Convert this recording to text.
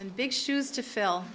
and big shoes to fill